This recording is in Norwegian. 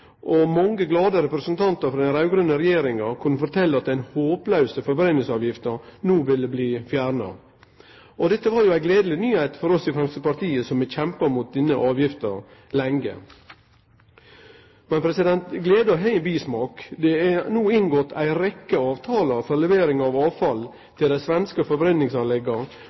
og mange glade representantar frå den raud-grøne regjeringa kunne fortelje at den håplause forbrenningsavgifta no ville bli fjerna. Dette var ei gledeleg nyheit for oss i Framstegspartiet, som har kjempa mot denne avgifta lenge. Men gleda har ein bismak. Det er inngått ei rekkje avtalar for levering av avfall til dei svenske